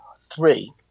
three